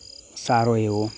સારો એવો